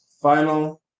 Final